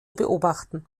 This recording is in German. beobachten